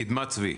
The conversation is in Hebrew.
קדמת צבי.